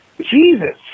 Jesus